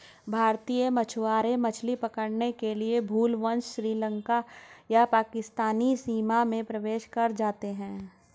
भारतीय मछुआरे मछली पकड़ने के लिए भूलवश श्रीलंका या पाकिस्तानी सीमा में प्रवेश कर जाते हैं